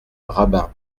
rabin